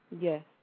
Yes